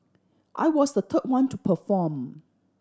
I was the third one to perform